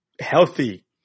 healthy